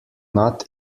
not